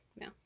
no